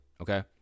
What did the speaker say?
okay